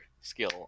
skill